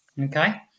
okay